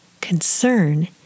concern